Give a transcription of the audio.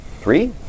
three